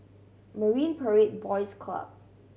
Marine Parade Boys Club